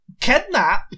kidnap